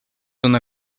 una